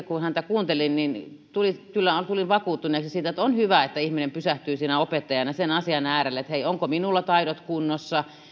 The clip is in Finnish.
kun häntä kuuntelin niin kyllä tulin vakuuttuneeksi siitä että on hyvä että ihminen pysähtyy siinä opettajana sen asian äärelle että hei onko minulla taidot kunnossa